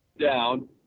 down